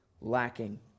lacking